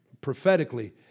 prophetically